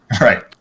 right